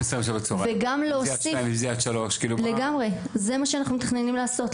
זה מה שאנחנו מתכננים לעשות,